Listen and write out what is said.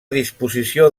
disposició